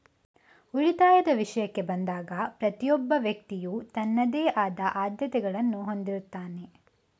ಉಳಿತಾಯದ ವಿಷಯಕ್ಕೆ ಬಂದಾಗ ಪ್ರತಿಯೊಬ್ಬ ವ್ಯಕ್ತಿಯು ತನ್ನದೇ ಆದ ಆದ್ಯತೆಗಳನ್ನು ಹೊಂದಿರುತ್ತಾನೆ